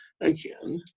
again